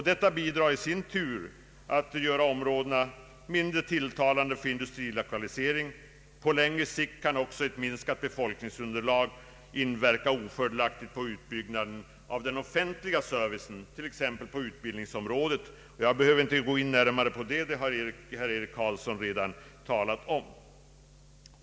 Detta bidrar i sin tur till att göra områdena mindre tilltalande för industrilokalisering. På längre sikt kan också ett minskat befolkningsunderlag inverka ofördelaktigt på utbyggnaden av den offentliga servicen, t.ex. på utbildningsområdet. Jag behöver inte gå in närmare på detta; det har herr Eric Carlsson redan talat om.